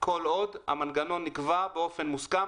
כל עוד המנגנון נקבע באופן מוסכם,